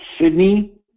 Sydney